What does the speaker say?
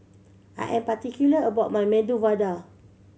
I am particular about my Medu Vada